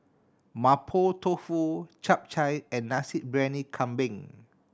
Mapo Tofu Chap Chai and Nasi Briyani Kambing